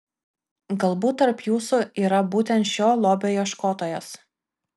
galbūt tarp jūsų yra būtent šio lobio ieškotojas